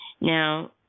Now